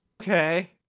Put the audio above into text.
Okay